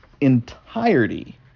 entirety